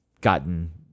gotten